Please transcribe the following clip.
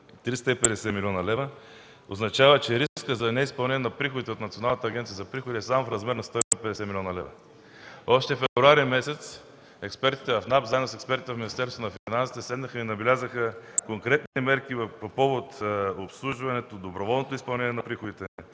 350 млн. лв., означава, че рискът за неизпълнение на приходите от Националната агенция за приходи е само в размер на 150 млн. лв. Още през месец февруари експертите в НАП заедно с експертите в Министерството на финансите седнаха и набелязаха конкретни мерки по повод обслужването, доброволното изпълнение на приходите